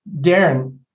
Darren